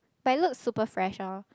but it looks super fresh orh